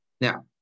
Now